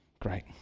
great